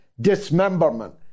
dismemberment